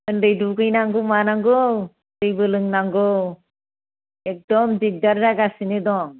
उन्दै दुगैनांगौ मानांगौ दैबो लोंनांगौ एकदम दिगदार जागासिनो दं